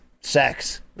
sex